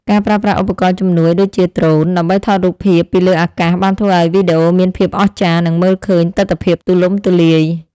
ការប្រើប្រាស់ឧបករណ៍ជំនួយដូចជាដ្រូន ដើម្បីថតរូបភាពពីលើអាកាសបានធ្វើឱ្យវីដេអូមានភាពអស្ចារ្យ និងមើលឃើញទិដ្ឋភាពទូលំទូលាយ។